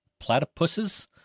platypuses